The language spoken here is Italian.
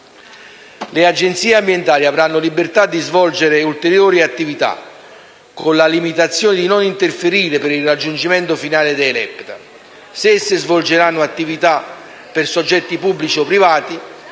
dell'ambiente avranno libertà di svolgere ulteriori attività, con la limitazione di non interferire con il raggiungimento finale dei LEPTA. Se esse svolgeranno attività per soggetti pubblici o privati,